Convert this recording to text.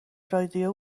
رادیو